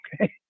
Okay